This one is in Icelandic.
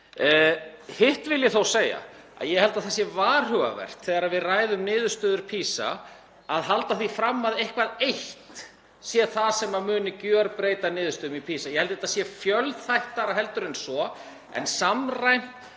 Hitt vil ég þó segja að ég held að það sé varhugavert þegar við ræðum niðurstöður PISA að halda því fram að eitthvað eitt muni gjörbreyta niðurstöðum í PISA. Ég held þetta sé fjölþættara en svo. En samræmt